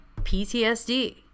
PTSD